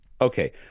Okay